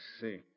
see